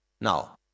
Now